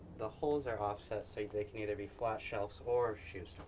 the holes are offset, so they can either be flat shelves or shoe